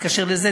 תתקשר לזה,